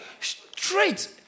straight